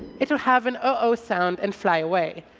it will have an oh-oh sound and fly away.